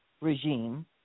regime